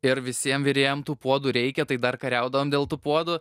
ir visiem virėjam tų puodų reikia tai dar kariaudavom dėl tų puodų